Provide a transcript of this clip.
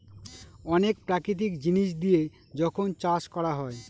অনেক প্রাকৃতিক জিনিস দিয়ে যখন চাষ করা হয়